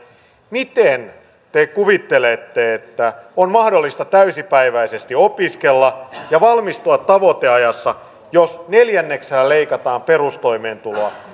miten te kuvittelette että on mahdollista täysipäiväisesti opiskella ja valmistua tavoiteajassa jos neljänneksellä leikataan perustoimeentuloa